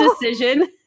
decision